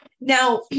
now